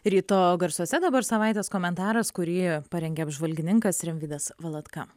ryto garsuose dabar savaitės komentaras kurį parengė apžvalgininkas rimvydas valatka